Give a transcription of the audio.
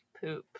poop